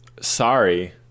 Sorry